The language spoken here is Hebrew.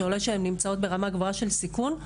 שעולה שהן נמצאות ברמה גבוהה של סיכון,